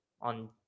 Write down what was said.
on